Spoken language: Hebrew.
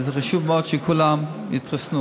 וזה חשוב מאוד שכולם יתחסנו.